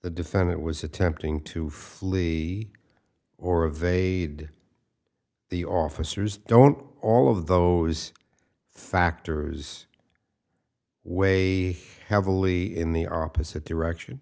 the defendant was attempting to flee or of aid the officers don't all of those factors weigh heavily in the opposite direction